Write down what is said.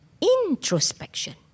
introspection